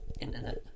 internet